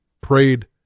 prayed